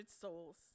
souls